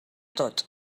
tot